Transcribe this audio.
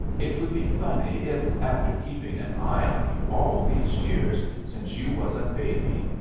it would be funny if, after keeping an eye on you all these years since you was a babby,